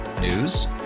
News